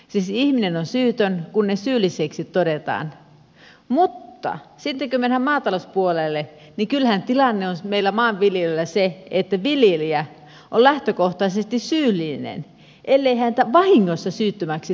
siis ihminen on syytön kunnes syylliseksi todetaan mutta sitten kun mennään maatalouspuolelle kyllähän tilanne on meillä maanviljelijöillä se että viljelijä on lähtökohtaisesti syyllinen ellei häntä vahingossa syyttömäksi todeta